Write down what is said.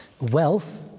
wealth